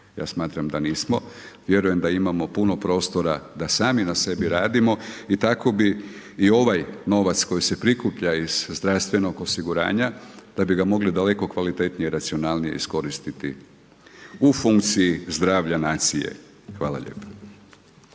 Ja smatram da nismo, vjerujem da imamo puno prostora da sami na sebi radimo i tako bi i ovaj novac koji se prikuplja iz zdravstvenog osiguranja da bi ga mogli daleko kvalitetnije, racionalnije iskoristiti u funkciji zdravlja nacije. Hvala lijepa.